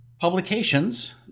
publications